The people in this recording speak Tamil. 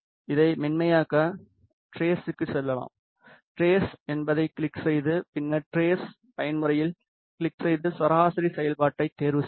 இதை மென்மையாக்க ட்ரேஸ்க்கு செல்லலாம் ட்ரேஸ்என்பதைக் கிளிக் செய்து பின்னர் ட்ரேஸ் பயன்முறையில் கிளிக் செய்து சராசரி செயல்பாட்டைத் தேர்வுசெய்க